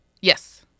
Yes